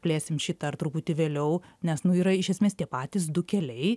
plėsim šitą ar truputį vėliau nes nu yra iš esmės tie patys du keliai